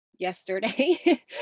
yesterday